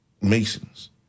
Masons